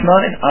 Nine